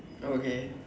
okay